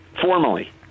formally